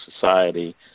society